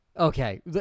Okay